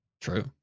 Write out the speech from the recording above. True